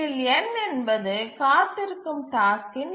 இதில் n என்பது காத்திருக்கும் டாஸ்க்கின்